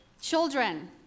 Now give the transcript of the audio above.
children